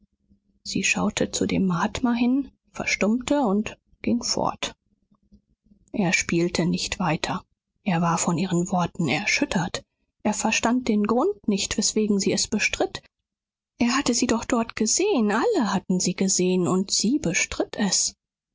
sie schaute zu dem mahatma hin verstummte und ging fort er spielte nicht weiter er war von ihren worten erschüttert er verstand den grund nicht weswegen sie es bestritt er hatte sie doch dort gesehn alle hatten sie gesehn und sie bestritt es